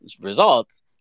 results